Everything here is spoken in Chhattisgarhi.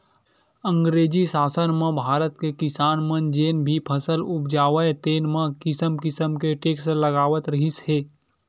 अंगरेजी सासन म भारत के किसान मन जेन भी फसल उपजावय तेन म किसम किसम के टेक्स लगावत रिहिस हे